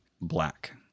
black